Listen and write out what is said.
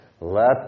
Let